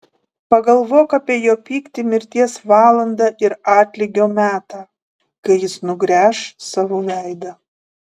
pagalvok apie jo pyktį mirties valandą ir atlygio metą kai jis nugręš savo veidą